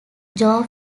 jaw